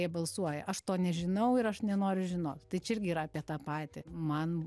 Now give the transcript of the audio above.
jie balsuoja aš to nežinau ir aš nenoriu žinot tai čia irgi yra apie tą patį man